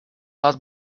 lot